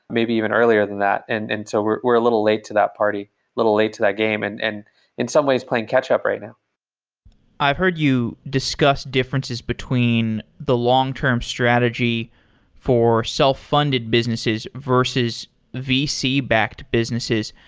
maybe even earlier than that. and and so we're we're a little late to that party, a little late to that game and and in some ways playing catch up right now i've heard you discussed differences between the long-term strategy for self funded businesses versus vc backed businesses.